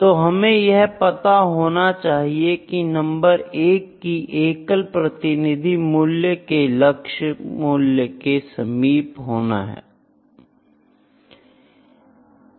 तो हमें यह पता होना चाहिए नंबर 1 की एकल प्रतिनिधि मूल्य के लक्ष्य मूल्य के समीप होना चाहिए